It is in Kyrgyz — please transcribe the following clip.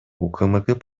укмк